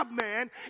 man